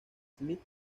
smith